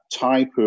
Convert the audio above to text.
type